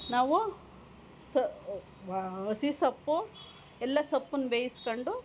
ನಾವು ಸ ವಾ ಹಸಿ ಸೊಪ್ಪು ಎಲ್ಲ ಸೊಪ್ಪನ್ನ ಬೇಯಿಸಿಕೊಂಡು